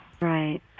Right